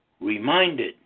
reminded